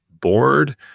bored